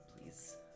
please